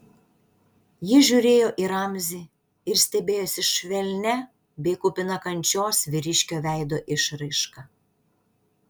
ji žiūrėjo į ramzį ir stebėjosi švelnia bei kupina kančios vyriškio veido išraiška